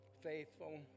faithful